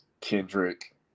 Kendrick